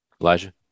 Elijah